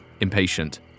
impatient